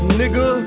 nigga